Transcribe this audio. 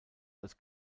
als